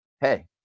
hey